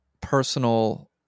personal